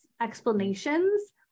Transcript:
explanations